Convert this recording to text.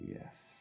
Yes